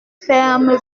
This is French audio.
ferment